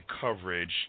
coverage –